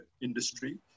industry